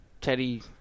Teddy